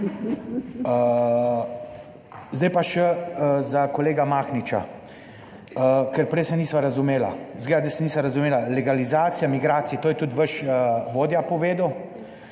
Zdaj pa še za kolega Mahniča, ker prej se nisva razumela, izgleda, da se nisva razumela. Legalizacija migracij, to je tudi vaš vodja povedal,